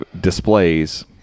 displays